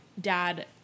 dad